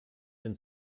den